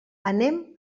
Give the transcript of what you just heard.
anem